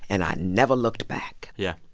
and i never looked back yeah.